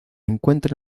encuentra